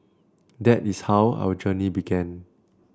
that is how our journey began